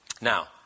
Now